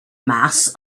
mass